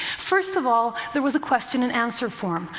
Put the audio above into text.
first of all, there was a question and answer forum,